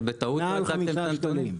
אז בטעות לא הצגתם את הנתונים?